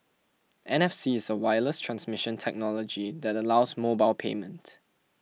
N F C is a wireless transmission technology that allows mobile payment